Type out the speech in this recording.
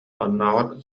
оннооҕор